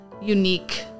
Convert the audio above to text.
Unique